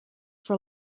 for